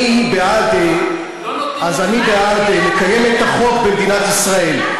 אני בעד לקיים את החוק במדינת ישראל.